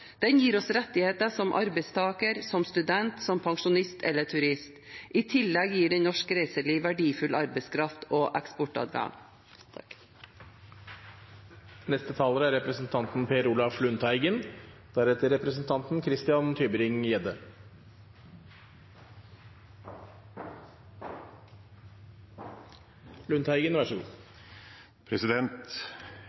Den gir oss rettigheter – som arbeidstaker, student, pensjonist eller turist. I tillegg gir den norsk reiseliv verdifull arbeidskraft og eksportadgang.